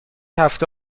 هفته